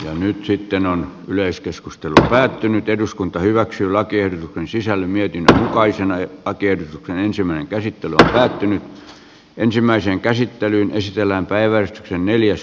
siirtyy nyt sitten on yleiskeskustelu päättynyt eduskunta hyväksyy lakien sisällön mietintää naisena ja pakkien rähisemään käsittämätön häipynyt ensimmäisen ministeriön puolelle puututa